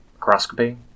Microscopy